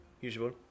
Usual